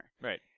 Right